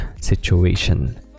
situation